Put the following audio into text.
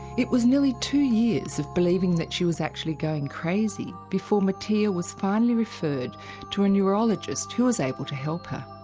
it was nearly two years of believing that she was actually going crazy before mattea was finally referred to a neurologist who was able to help her.